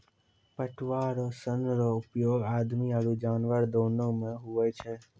पटुआ रो सन रो उपयोग आदमी आरु जानवर दोनो मे हुवै छै